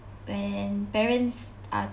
when parents are